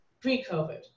pre-COVID